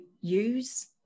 use